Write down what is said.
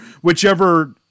whichever